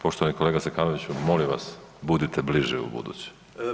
Poštovani kolega Zekanović molim vas budite bliže ubuduće.